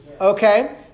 Okay